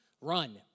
run